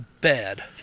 bad